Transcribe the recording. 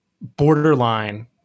borderline